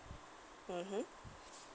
mmhmm